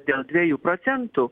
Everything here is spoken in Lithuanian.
dėl dviejų procentų